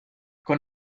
con